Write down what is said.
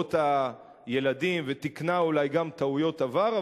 קצבאות הילדים ותיקנה אולי גם טעויות עבר,